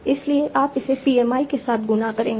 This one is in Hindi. इसलिए आप इसे PMI के साथ गुणा करेंगे